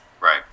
Right